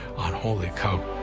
on. holy cow.